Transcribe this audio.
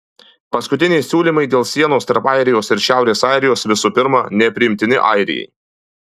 paskutiniai siūlymai dėl sienos tarp airijos ir šiaurės airijos visų pirma nepriimtini airijai